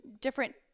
different